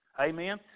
Amen